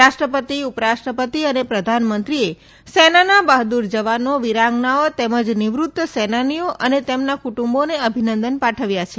રાષ્ટ્રપતિ ઉપરાષ્ટ્રપતિ અને પ્રધાનમંત્રીએ સેનાના બહાદ્દર જવાનો વિરાંગનાઓ તેમજ નિવૃત્ત સેનાનીઓ અને તેમના કુટુંબોને અભિનંદન પાઠવ્યા છે